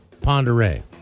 Ponderay